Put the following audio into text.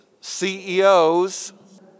CEOs